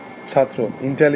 ছাত্র ইন্টেলিজেন্স